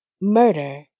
murder